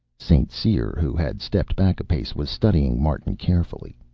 st. cyr, who had stepped back a pace, was studying martin carefully.